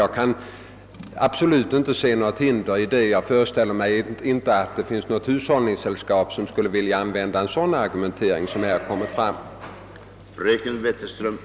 Jag kan inte se att det föreligger några hinder i det avseendet, och jag föreställer mig att man inte i något hushållningssällskap skulle vilja använda en sådan argumentering som här framkommit.